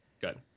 Good